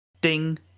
Ding